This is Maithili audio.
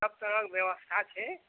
सभ तरहक व्यवस्था छै